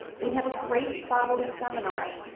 we have great problem seminar,